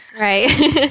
Right